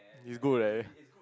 is good that